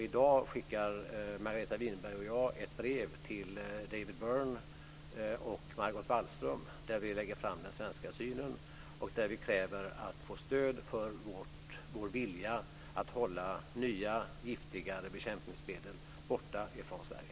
I dag skickar Margareta Winberg och jag ett brev till David Byrne och Margot Wallström där vi lägger fram den svenska synen och där vi kräver att få stöd för vår vilja att hålla nya, giftigare bekämpningsmedel borta från Sverige.